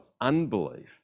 unbelief